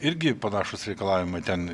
irgi panašūs reikalavimai ten